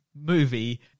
movie